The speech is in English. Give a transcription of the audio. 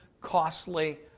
costly